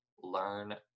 learn